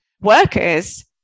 workers